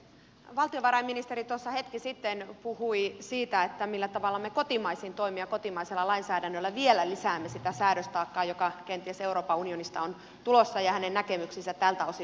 valtiovarainministeri tuossa hetki sitten puhui siitä millä tavalla me kotimaisin toimin ja kotimaisella lainsäädännöllä vielä lisäämme sitä säädöstaakkaa joka kenties euroopan unionista on tulossa ja hänen näkemykseensä tältä osin voi yhtyä